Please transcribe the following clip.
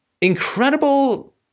incredible